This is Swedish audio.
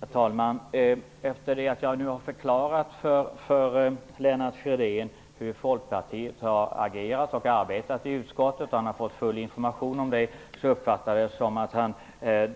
Herr talman! Jag uppfattar det så att efter det att jag nu har förklarat hur Folkpartiet har agerat och arbetat i utskottet och Lennart Fridén alltså har full information om detta, tar han